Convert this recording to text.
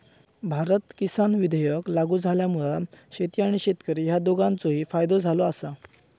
भारत किसान विधेयक लागू झाल्यामुळा शेती आणि शेतकरी ह्या दोघांचोही फायदो झालो आसा